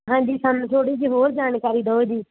ਹਾਂਜੀ ਸਾਨੂੰ ਥੋੜ੍ਹੀ ਜਿਹੀ ਹੋਰ ਜਾਣਕਾਰੀ ਦਿਓ ਜੀ